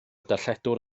darlledwr